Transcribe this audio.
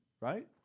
right